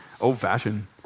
old-fashioned